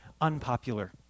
Unpopular